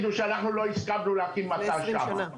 ואל תגידו שאנחנו לא הסכמנו להקים מט"ש שם,